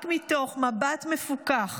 רק מתוך מבט מפוכח,